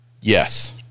Yes